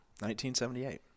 1978